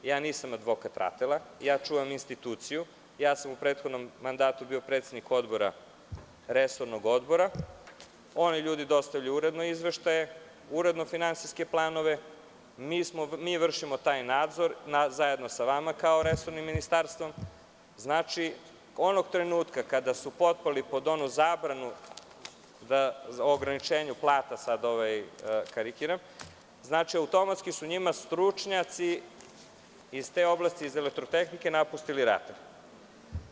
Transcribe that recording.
Ja nisam advokat RATEL-a, ja čuvam instituciju, u prethodnom mandatu sam bio predsednik resornog odbora, oni ljudi dostavljaju uredno izveštaje, uredno finansijske planove, mi vršimo taj nadzor, zajedno s vama kao resornim ministarstvom, što znači – onog trenutka kada su potpali pod onu zabranu o ograničenju plata, automatski su njima stručnjaci iz te oblasti, iz elektrotehnike, napustili RATEL.